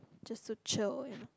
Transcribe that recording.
just to chill with